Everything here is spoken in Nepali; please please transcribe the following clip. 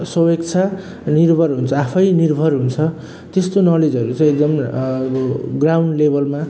स्वेच्छा निर्भर हुन्छ आफै निर्भर हुन्छ त्यस्तो नलेजहरू चाहिँ एकदम अब ग्राउन्ड लेभलमा